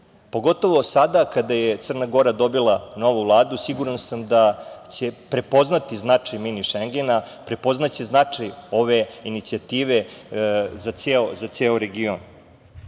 Pogotovo sada kada je Crna Gora dobila novu Vladu, siguran sam da će prepoznati značaj mini šengena, prepoznaće značaj ove inicijative za ceo region. Iako